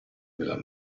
della